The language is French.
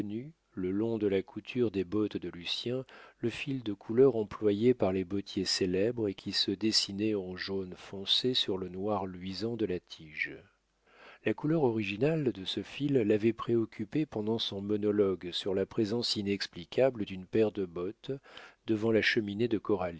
le long de la couture des bottes de lucien le fil de couleur employé par les bottiers célèbres et qui se dessinait en jaune foncé sur le noir luisant de la tige la couleur originale de ce fil l'avait préoccupé pendant son monologue sur la présence inexplicable d'une paire de bottes devant la cheminée de